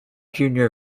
junior